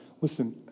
Listen